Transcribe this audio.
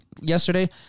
yesterday